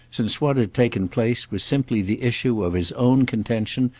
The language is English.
since what had taken place was simply the issue of his own contention,